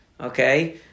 okay